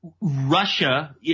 Russia